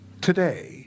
today